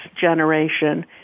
generation